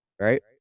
right